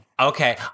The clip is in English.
Okay